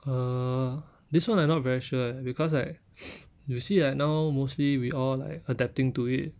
err this [one] I not very sure eh because like you see like now mostly we all like adapting to it